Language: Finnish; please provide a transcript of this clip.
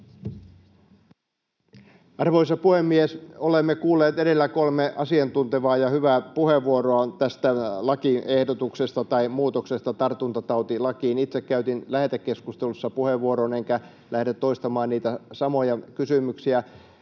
Arvoisa puhemies! Olemme kuulleet edellä kolme asiantuntevaa ja hyvää puheenvuoroa tästä lakiehdotuksesta, muutoksesta tartuntatautilakiin. Itse käytin lähetekeskustelussa puheenvuoron, enkä lähde toistamaan niitä samoja kysymyksiä.